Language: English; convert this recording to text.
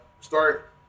start